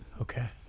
Okay